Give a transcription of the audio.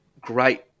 great